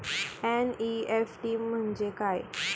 NEFT म्हणजे काय?